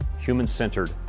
human-centered